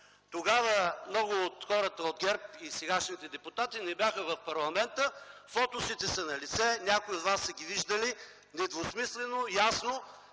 Тогава много от хората от ГЕРБ и сегашни депутати не бяха в парламента. Фотосите са налице, някои от вас са ги виждали. Недвусмислено и ясно